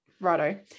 righto